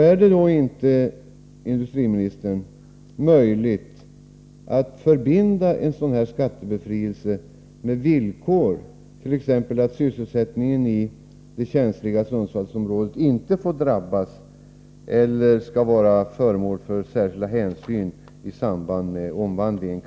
Är det då inte, industriministern, möjligt att förbinda en sådan skattebefrielse med villkor, t.ex. att sysselsättningen i det känsliga Sundsvallsområdet inte får drabbas eller att området skall vara föremål för särskilda hänsyn i samband med omvandlingen?